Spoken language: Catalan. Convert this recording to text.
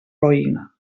roïna